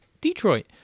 Detroit